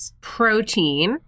protein